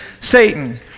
Satan